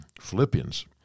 Philippians